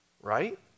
right